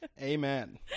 Amen